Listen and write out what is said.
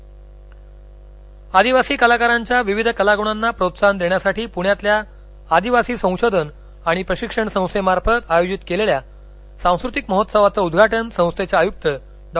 उद्वाटन आदिवासी कलाकारांच्या विविध कलागूणांना प्रोत्साहन देण्यासाठी पूण्यातल्या आदिवासी संशोधन आणि प्रशिक्षण संस्थेमार्फत आयोजित केलेल्या सांस्कृतिक महोत्सवाचं उद्घाटन संस्थेचे आयुक्त डॉ